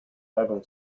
album